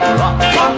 rock